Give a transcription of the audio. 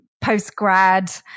post-grad